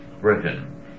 Britain